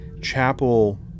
chapel